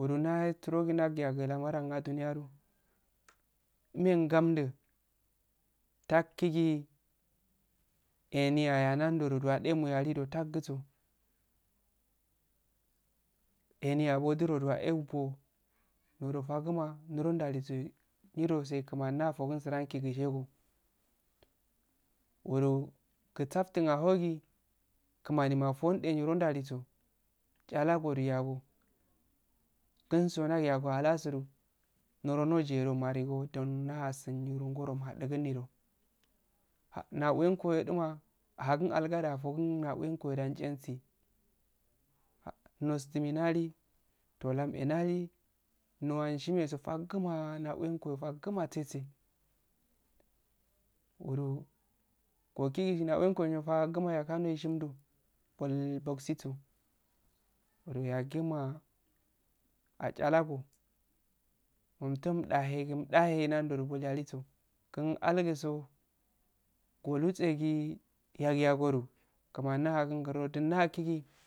surogi ndaw yagu namaren duniya mumeh ngamdu takgigi eni ayanandoro don ehh muyaludo takginso eni aduro efuwo niro faguma niro ndaluse irol dise gu kumani surosi fagu inyego woro gusattun ah hogi kumani makffowun noro ndalusu charago yago kunso ndaw yago halasudo noro jihedo madugo ndonma nirositagidunido nahatuu duwa hakgun aluga da faguwa nawiyango dajihensi nostimilali tom eli nali nawshimeso fakguma nawengo faguma tese wuro wugigi nawurego faguma chiga nashimddo boibogisiso wure yayama acharago umtumtahe gum dahe nanddodo bolyaliso tsun alguso goluse gi yaw yagodo kumani mahakun gurnne din nakhi